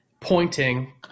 pointing